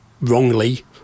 wrongly